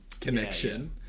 connection